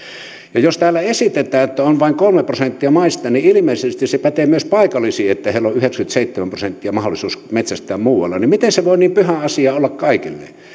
kun täällä esitetään että kyseessä on vain kolme prosenttia maista ja ilmeisesti se pätee myös paikallisiin että heillä on yhdeksänkymmenenseitsemän prosentin mahdollisuus metsästää muualla niin miten se voi niin pyhä asia olla